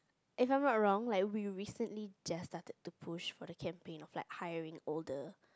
if I'm not wrong like we recently just started to push for the campaign of like hiring older